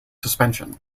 suspension